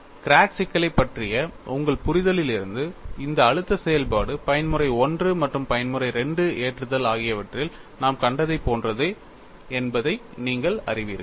crack சிக்கலைப் பற்றிய உங்கள் புரிதலில் இருந்து இந்த அழுத்த செயல்பாடு பயன்முறை I மற்றும் பயன்முறை II ஏற்றுதல் ஆகியவற்றில் நாம் கண்டதைப் போன்றது என்பதை நீங்கள் அறிவீர்கள்